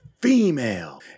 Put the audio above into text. female